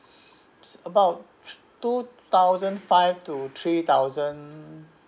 about two thousand five two three thousand